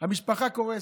המשפחה קורסת.